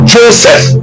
Joseph